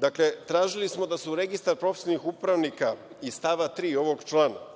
Dakle, tražili smo da se u registar profesionalnih upravnika iz stava 3. ovog člana